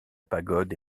pagode